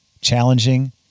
challenging